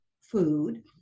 food